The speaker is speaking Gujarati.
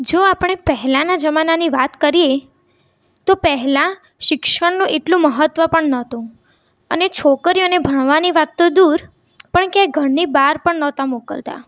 જો આપણે પહેલાંના જમાનાની વાત કરીએ તો પહેલાં શિક્ષણનું એટલું મહત્ત્વ પણ નહોતું અને છોકરીઓને ભણવાની વાત તો દૂર પણ ક્યાંય ઘરની બહાર પણ નહોતા મોકલતા